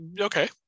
Okay